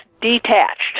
detached